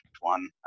one